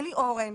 אורן.